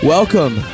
Welcome